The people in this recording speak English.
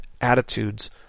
attitudes